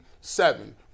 seven